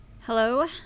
Hello